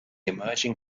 emerging